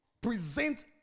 Present